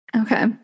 Okay